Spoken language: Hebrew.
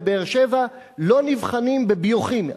בבאר-שבע לא נבחנים בביוכימיה,